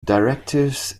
directives